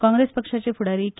काँग्रेस पक्षाचे फूडारी के